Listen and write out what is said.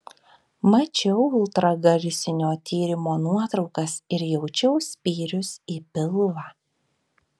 mačiau ultragarsinio tyrimo nuotraukas ir jaučiau spyrius į pilvą